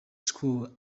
schools